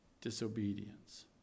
Disobedience